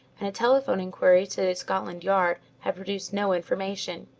and a telephone inquiry to scotland yard had produced no information.